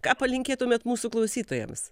ką palinkėtumėt mūsų klausytojams